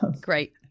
great